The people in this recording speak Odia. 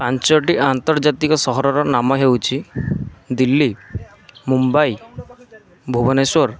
ପାଞ୍ଚଟି ଆନ୍ତର୍ଜାତୀୟ ସହରର ନାମ ହେଉଛି ଦିଲ୍ଲୀ ମୁମ୍ବାଇ ଭୁବନେଶ୍ୱର